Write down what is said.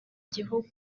gihugu